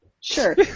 Sure